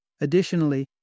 Additionally